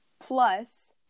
plus